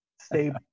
stay